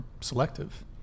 selective